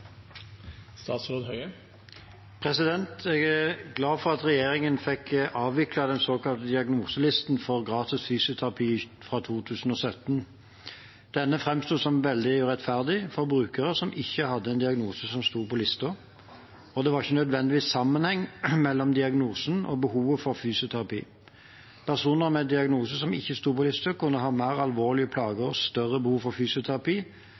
glad for at regjeringen fikk avviklet den såkalte diagnoselisten for gratis fysioterapi fra 2017. Denne framsto som veldig urettferdig for brukere som ikke hadde en diagnose som sto på listen, og det var ikke nødvendigvis sammenheng mellom diagnosen og behovet for fysioterapi. Personer med en diagnose som ikke sto på listen, kunne ha mer alvorlige plager og større behov for fysioterapi